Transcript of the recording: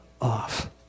off